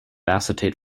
acetate